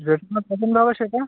যে পছন্দ হবে সেটা